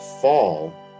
fall